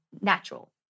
natural